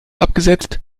abgesetzt